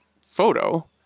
photo